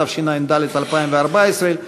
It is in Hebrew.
התשע"ד 2014,